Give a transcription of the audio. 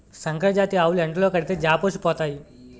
సంకరజాతి ఆవులు ఎండలో కడితే జాపోసిపోతాయి